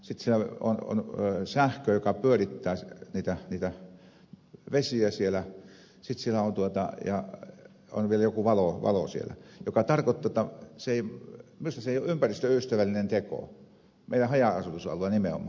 sitten siellä on sähkö joka pyörittää niitä vesiä siellä sitten siellä on vielä joku valo mikä tarkoittaa että minusta se ei ole ympäristöystävällinen teko meidän haja asutusalueillamme nimenomaan